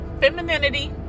femininity